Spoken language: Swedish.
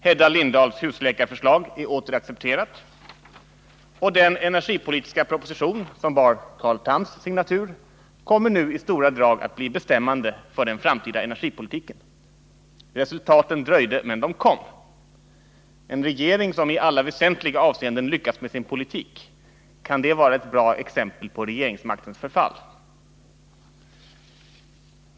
Hedda Lindahls husläkarförslag är åter accepterat, och den energipolitiska proposition som bar Carl Thams signatur kommer nu i stora drag att bli bestämmande för den framtida energipolitiken. Resultaten dröjde, men de kom. En regering som i alla väsentliga avseenden lyckats med sin politik, kan det vara ett bra exempel på regeringsmaktens förfall?